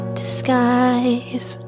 disguise